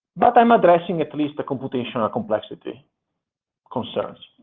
but i'm addressing at least the computational complexity concerns.